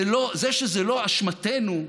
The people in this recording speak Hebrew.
זה שזה לא אשמתנו,